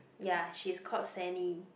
ya she's called Sanny